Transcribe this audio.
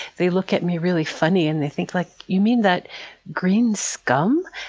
they look at me really funny and they think, like you mean that green scum?